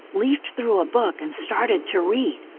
leafed through a book, and started to read.